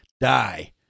die